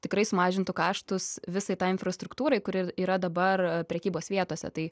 tikrai sumažintų kaštus visai infrastruktūrai kuri yra dabar prekybos vietose tai